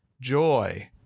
joy